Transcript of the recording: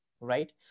right